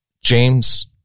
James